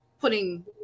putting